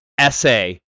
essay